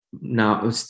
now